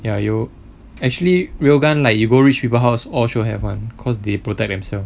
ya 有 actually real gun like you go rich people house all sure have [one] cause they protect themselves